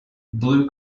blue